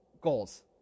goals